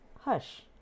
hush